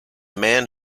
man